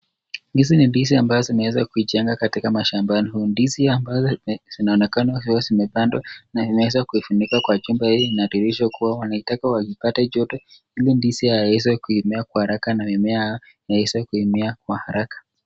Hizi ni ndizi ambazo zimeweza kujengwa katika mashambani. Hiyo ni ndizi ambazo zinaonekana zimepandwa na zimeweza kuifunikwa kwa chumba inadhihirisha kuwa wanataka wakipate joto ili ndizi ziweze kuimea kwa haraka na mimea iweze kumea kwa haraka.